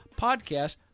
podcast